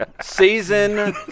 Season